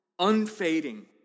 unfading